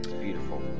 beautiful